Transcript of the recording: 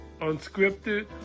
unscripted